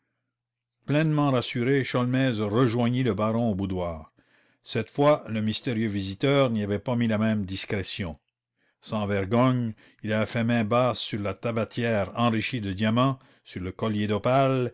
pleinement rassuré sholmès rejoignit le baron au boudoir le mystérieux visiteur avait fait main basse sur la tabatière enrichie de diamants sur le collier d'opales